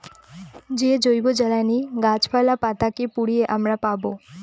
যে জৈবজ্বালানী গাছপালা, পাতা কে পুড়িয়ে আমরা পাবো